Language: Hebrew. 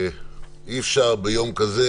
ביום כזה